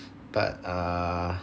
but ah